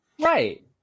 Right